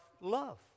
love